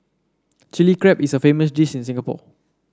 Chilli Crab is a famous dish in Singapore